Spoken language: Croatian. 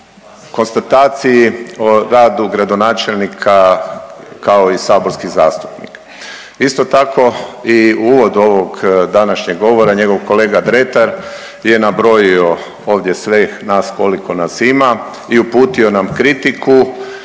konstataciji o radu gradonačelnika kao i saborskih zastupnika. Isto tako, i uvod ovog današnjeg govora, njegov kolega Dretar je nabrojio ovdje sve nas koliko nas ima i uputio nam kritiku,